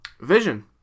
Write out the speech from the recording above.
vision